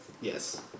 yes